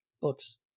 books